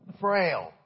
Frail